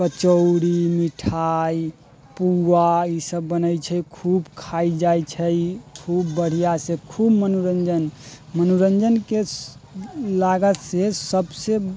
कचौड़ी मिठाइ पुआ ई सब बनै छै खूब खाइ जाइ छै खूब बढ़िआँसँ खूब मनोरञ्जन मनोरञ्जनके लागतसँ सबसँ